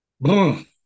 boom